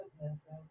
Submissive